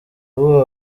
ubu